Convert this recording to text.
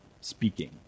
speaking